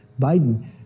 Biden